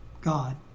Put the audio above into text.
God